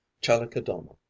Chalicodoma